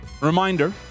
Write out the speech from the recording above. Reminder